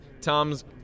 Tom's